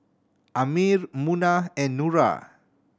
Ammir Munah and Nura